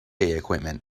equipment